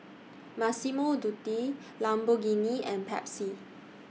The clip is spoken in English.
Massimo Dutti Lamborghini and Pepsi